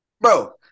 bro